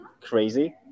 crazy